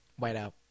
Whiteout